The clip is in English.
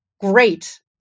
great